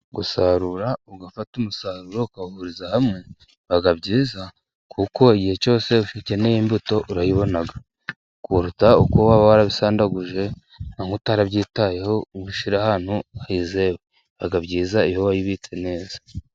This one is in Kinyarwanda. Gusarura ugafata umusaruro ukawuhuriza hamwe biba byiza kuko igihe cyose ukeneye imbuto urayibona, kuruta uku waba warabisandaguje utabyitayeho ushyira ahantu hizewe, biba byiza iyo wayibitse neza.